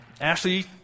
Ashley